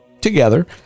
together